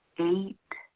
eight,